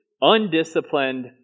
undisciplined